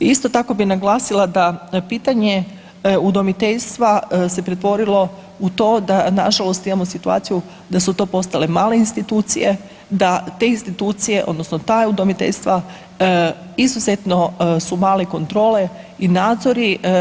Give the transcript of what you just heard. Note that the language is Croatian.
Isto tako bi naglasila da pitanje udomiteljstva se pretvorilo u to da nažalost imamo situaciju da su to postale male institucije, da te institucije odnosno ta udomiteljstva izuzetno su male kontrole i nadzori.